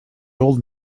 old